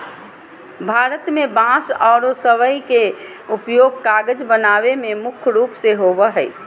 भारत में बांस आरो सबई के उपयोग कागज बनावे में मुख्य रूप से होबो हई